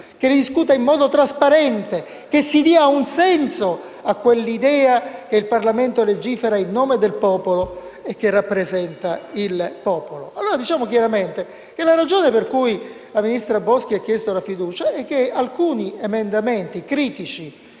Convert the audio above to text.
che le discuta in modo trasparente, che si dia un senso a quell'idea che il Parlamento legifera in nome del popolo e rappresenta il popolo. Allora, diciamo chiaramente che la ragione per cui la ministra Boschi ha chiesto la fiducia è che alcuni emendamenti critici,